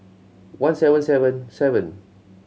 one seven seven seven